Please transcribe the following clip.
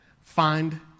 Find